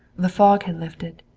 the fog had lifted,